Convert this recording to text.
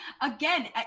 Again